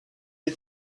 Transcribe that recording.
die